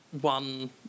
one